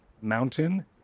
mountain